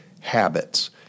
habits